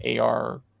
AR